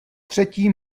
třetí